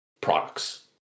products